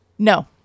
No